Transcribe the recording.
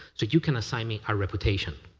so you can assign me a reputation.